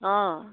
অঁ